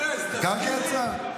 גם כי יצא.